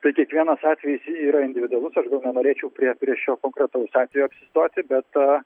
bet kiekvienas atvejis yra individualus aš gal nenorėčiau prie prie šio konkretaus atvejo apsistoti bet a